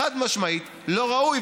חד-משמעית לא ראוי.